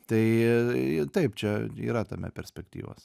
tai taip čia yra tame perspektyvos